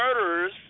murderers